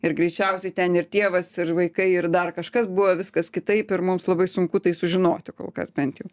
ir greičiausiai ten ir tėvas ir vaikai ir dar kažkas buvo viskas kitaip ir mums labai sunku tai sužinoti kol kas bent jau